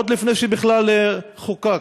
עוד לפני שבכלל חוקק.